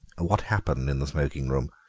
what happened in the smoking-room?